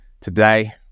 today